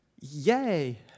Yay